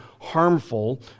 harmful